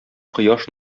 кояш